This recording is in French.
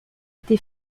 été